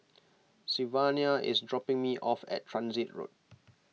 Sylvania is dropping me off at Transit Road